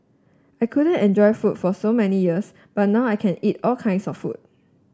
I couldn't enjoy food for so many years but now I can eat all kinds of food